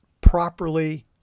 properly